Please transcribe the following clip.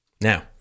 now